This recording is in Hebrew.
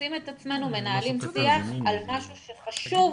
מוצאים את עצמנו מנהלים שיח על משהו שהוא חשוב,